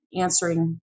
answering